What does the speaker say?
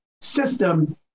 system